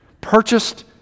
purchased